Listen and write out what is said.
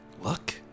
Look